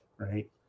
right